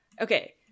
Okay